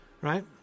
Right